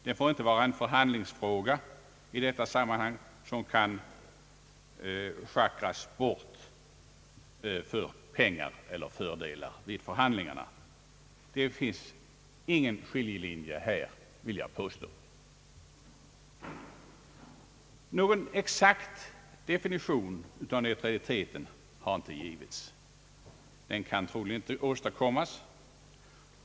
Den får inte vara ett förhandlingsobjekt i detta sammanhang, någonting som kan schackras bort för pengar eller fördelar vid förhandlingarna. Här finns det ingen skiljelinje, vill jag påstå. Någon exakt definition av neutraliteten har inte givits; troligen kan en sådan inte åstadkommas.